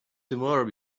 tomorrow